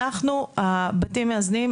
הבתים המאזנים,